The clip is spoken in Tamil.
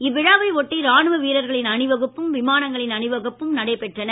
இவ்விழாவை ஒட்டி ராணுவ வீரர்களின் அணிவகுப்பும் விமானங்களின் அணிவகுப்பும் நடைபெற்றன